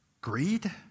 greed